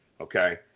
okay